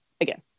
Again